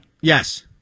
Yes